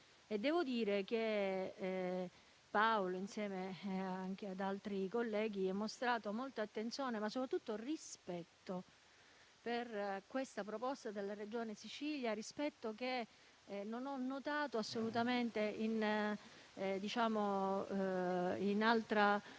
Devo dire che Paolo, insieme ad altri colleghi, ha mostrato molta attenzione, ma soprattutto rispetto per questa proposta della Regione Sicilia, rispetto che non ho notato assolutamente nella